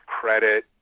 credit